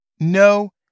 No